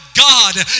God